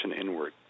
inward